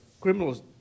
criminals